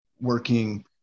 working